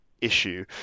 issue